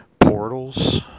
portals